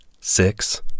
Six